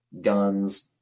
guns